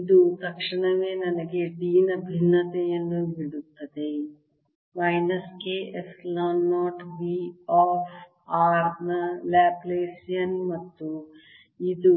ಇದು ತಕ್ಷಣವೇ ನನಗೆ D ನ ಭಿನ್ನತೆಯನ್ನು ನೀಡುತ್ತದೆ minus K epsilon 0 V of r ನ ಲ್ಯಾಪ್ಲಾಸಿಯನ್ ಮತ್ತು ಇದು